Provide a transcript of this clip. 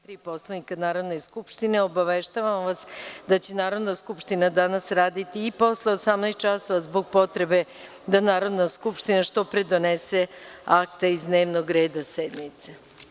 Poslovnika Narodne skupštine, obaveštavam vas da će Narodna skupština danas raditi i posle 18.00 časova, zbog potrebe da Narodna skupština što pre donese akte iz dnevnog reda sednice.